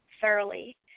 thoroughly